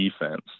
defense